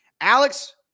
Alex